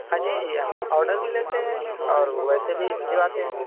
ہاں جی جی جی ہم آرڈر بھی لیتے ہیں اور ویسے بھی بھجواتے ہیں